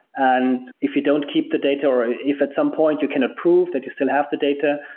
and if you don't keep the data or if at some point you can approve that you still have the data,